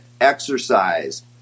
exercise